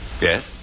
Yes